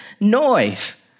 noise